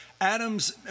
Adams